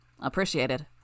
Appreciated